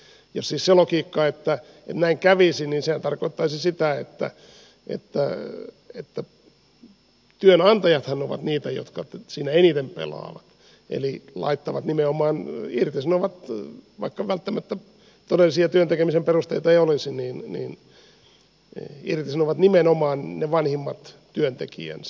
jos siis se logiikka on että näin kävisi niin sehän tarkoittaisi sitä että työnantajathan ovat niitä jotka siinä eniten pelaavat eli irtisanovat vaikka välttämättä todellisia työn tekemisen perusteita ei olisi nimenomaan ne vanhimmat työntekijänsä